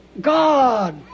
God